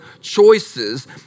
choices